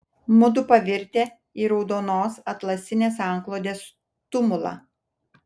mudu pavirtę į raudonos atlasinės antklodės tumulą